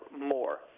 more